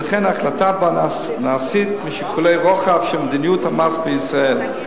ולכן ההחלטה בה נעשית משיקולי רוחב של מדיניות המס בישראל.